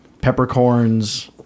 peppercorns